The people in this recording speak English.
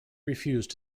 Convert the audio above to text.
refused